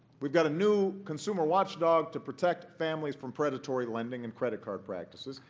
we've got a new consumer watchdog to protect families from predatory lending and credit card practices,